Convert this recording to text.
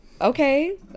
Okay